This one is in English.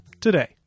today